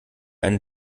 einen